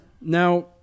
Now